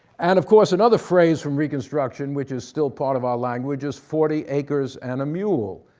and of course, another phrase from reconstruction which is still part of our language is forty acres and a mule,